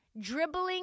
dribbling